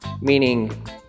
meaning